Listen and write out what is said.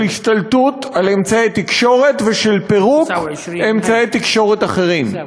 השתלטות על אמצעי תקשורת ושל פירוק אמצעי תקשורת אחרים.